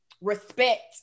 respect